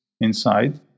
inside